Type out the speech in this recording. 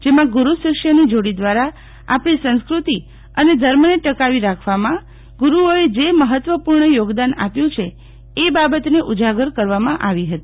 જેમાં ગુરુ શિષ્યની જોડી દ્વારા સંસ્કૃતિ અને ધર્મને ટકાવી રાખવામાં ગુરુઓએ જે મહત્વપૂર્ણ યોગદાન આપ્યું છે એ બાબતને ઉજાગર કરવામાં આવી હતી